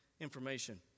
information